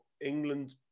England